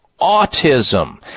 autism